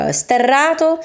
sterrato